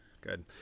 Good